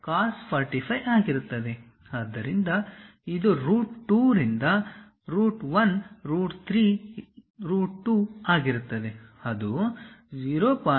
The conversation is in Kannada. ಆದ್ದರಿಂದ ಇದು ರೂಟ್ 2 ರಿಂದ 1 ರೂಟ್ 3 ರಿಂದ 2 ಆಗಿರುತ್ತದೆ ಅದು 0